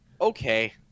okay